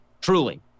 Truly